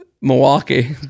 Milwaukee